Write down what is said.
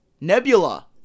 Nebula